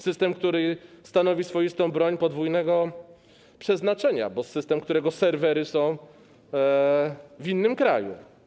System, który stanowi swoistą broń podwójnego przeznaczenia, bo to system, którego serwery są w innym kraju.